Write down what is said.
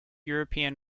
european